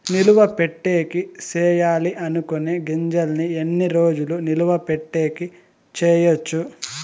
నిలువ పెట్టేకి సేయాలి అనుకునే గింజల్ని ఎన్ని రోజులు నిలువ పెట్టేకి చేయొచ్చు